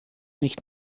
nicht